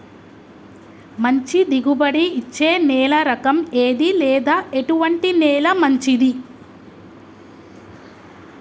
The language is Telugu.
మంచి దిగుబడి ఇచ్చే నేల రకం ఏది లేదా ఎటువంటి నేల మంచిది?